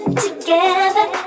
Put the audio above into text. together